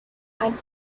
and